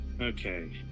Okay